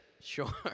Sure